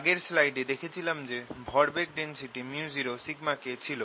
আগের স্লাইডে দেখেছিলাম যে ভরবেগ ডেন্সিটি µ0 σ K ছিল